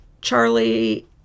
Charlie